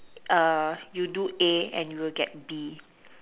you do A and you'll get B